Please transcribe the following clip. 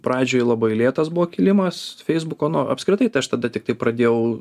pradžioj labai lėtas buvo kilimas feisbuko nu apskritai tai aš tada tiktai pradėjau